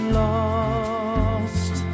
lost